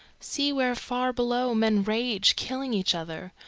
see where far below men rage, killing each other.